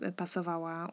pasowała